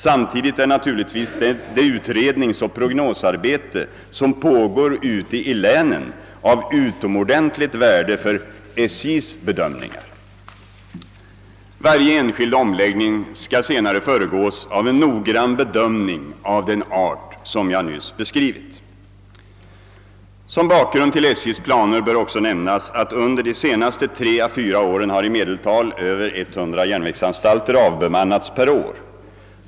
Samtidigt är naturligtvis det utredningsoch prognosarbete som pågår ute i länen av utomordentligt värde för SJ:s bedömmningar. Varje enskild omläggning skall senare föregås av en noggrann bedömning av den art jag nyss beskrivit. Som bakgrund till SJ:s planer bör också nämnas att under de senaste 3—4 åren har i medeltal över 100 järnvägsanstalter avbemannats per år.